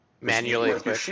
manually